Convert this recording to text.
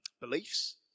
beliefs